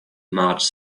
marge